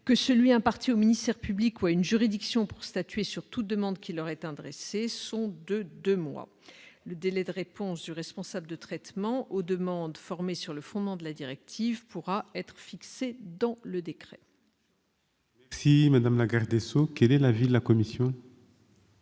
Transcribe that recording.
qui est imparti au ministère public ou à une juridiction pour statuer sur toute demande qui leur est adressée, sont de deux mois. Le délai de réponse du responsable de traitement aux demandes formées sur le fondement de la directive pourra être fixé dans le décret. Quel est l'avis de la commission ?